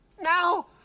Now